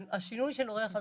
השינוי של הורה 1,